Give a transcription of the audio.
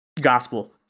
gospel